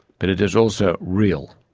but it is also real.